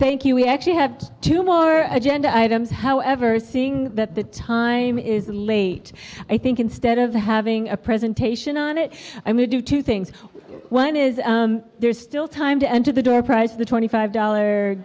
thank you we actually have two more agenda items however seeing that the time is late i think instead of having a presentation on it i may do two things one is there's still time to enter the door prize the twenty five dollar